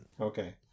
Okay